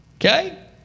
Okay